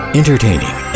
entertaining